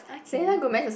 okay